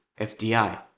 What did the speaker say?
FDI